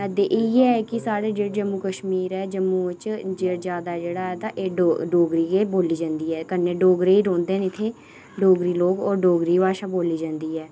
ते इयै कि साढ़ा जेह्ड़ा जम्मू कश्मीर ऐ जम्मू च जादै जेह्ड़ा ऐ डोगरी गै बोल्ली जंदी ऐ कन्नै डोगरे गै रौंह्दे न इत्थै डोगरे लोग और डोगरी भाशा बोल्ली जंदी ऐ